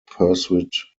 pursuit